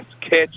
catch